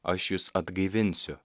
aš jus atgaivinsiu